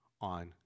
on